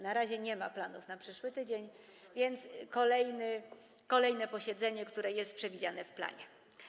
Na razie nie ma planów na przyszły tydzień, więc chodzi o kolejne posiedzenie, które jest przewidziane w planie.